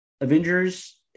Avengers